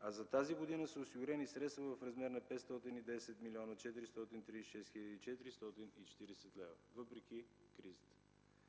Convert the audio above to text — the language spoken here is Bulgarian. а за тази година са осигурени средства в размер на 510 млн. 436 хил. 440 лв. въпреки кризата.